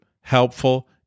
helpful